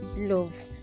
love